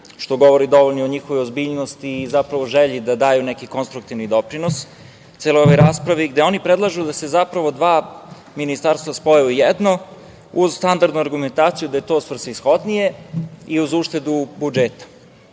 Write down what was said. što govori dovoljno o njihovoj ozbiljnosti i želji da daju neki konstruktivni doprinos celoj ovoj raspravi, gde oni predlažu da se zapravo dva ministarstva spoje u jedno, uz standardnu argumentaciju da je to svrsishodnije i uz uštedu budžeta. Želim